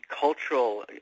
cultural